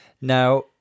Now